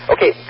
Okay